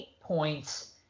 points